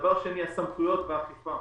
דבר שני, הסמכויות והאכיפה.